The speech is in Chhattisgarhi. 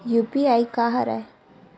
यू.पी.आई का हरय?